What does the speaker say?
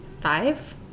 five